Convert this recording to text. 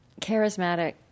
charismatic